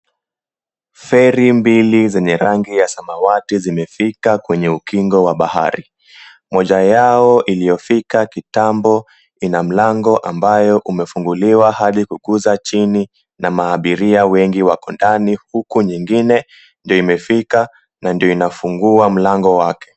Feri mbili zenye rangi ya samawati zimefika kwenye ukingo wa bahari. Moja yao iliyofika kitambo ina mlango ambayo umefunguliwa hadi kuguza chini na maaabiria wengi wakondani, huku nyingine ndio imefika na ndio inafungua mlango wake.